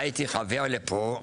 בא איתי חבר לפה,